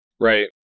Right